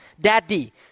daddy